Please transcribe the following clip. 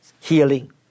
healing